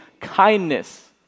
kindness